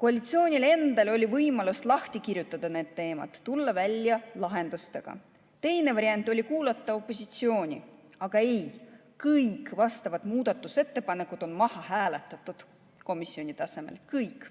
Koalitsioonil oli võimalus kirjutada need teemad lahti ja tulla välja lahendustega. Teine variant oli kuulata opositsiooni. Aga ei, kõik vastavad muudatusettepanekud on maha hääletatud komisjoni tasemel. Kõik!